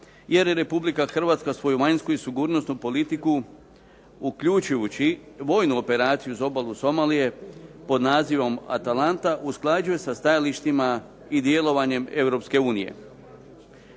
jer je Republika Hrvatska svoju vanjsku i sigurnosnu politiku, uključujući vojnu operaciju uz obalu Somaliju, pod nazivom Atalanta usklađuje sa stajalištima i djelovanjem